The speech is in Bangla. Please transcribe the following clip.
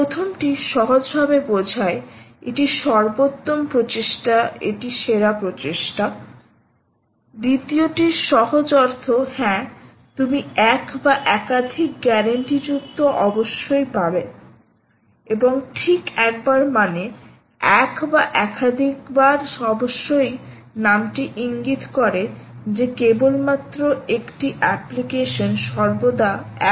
প্রথমটি সহজভাবে বোঝায় এটি সর্বোত্তম প্রচেষ্টা এটি সেরা প্রচেষ্টা দ্বিতীয়টির সহজ অর্থ হ্যাঁ তুমি এক বা একাধিক গ্যারান্টিযুক্ত অবশ্যই পাবে এবং 'ঠিক একবার' মানে এক বা একাধিকবার অবশ্যই নামটি ইঙ্গিত করে যে কেবলমাত্র একটি অ্যাপ্লিকেশন সর্বদা 1 পায়